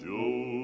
Joe